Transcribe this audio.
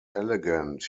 elegant